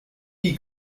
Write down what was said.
dis